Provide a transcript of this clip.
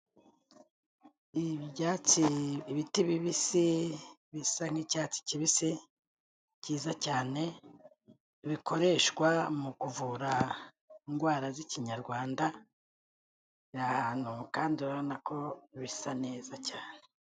Ibyatsi, ibiti bibisi bisa nk'icyatsi kibisi cyiza cyane, bikoreshwa mu kuvura indwara z'ikinyarwanda, ni ahantu, kandi ubona ko bisa neza cyane.